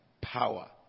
power